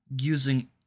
Using